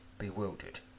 bewildered